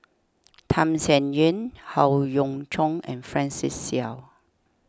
Tham Sien Yen Howe Yoon Chong and Francis Seow